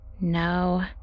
No